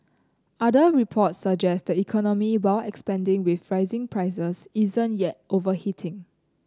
other reports suggest the economy while expanding with rising prices isn't yet overheating